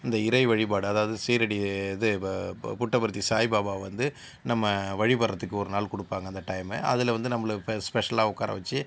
இந்த இறை வழிபாடு அதாவது சீரடி இது புட்டபர்த்தி சாய்பாபா வந்து நம்ம வழிபடுறதுக்கு ஒரு நாள் கொடுப்பாங்க அந்த டைமை அதில் வந்து நம்மளுக்கு ஸ்பெ ஸ்பெஷலாக உட்கார வச்சு